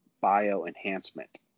bio-enhancement